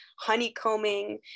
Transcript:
honeycombing